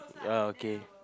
ya okay